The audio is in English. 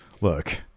look